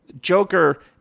Joker